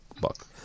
buck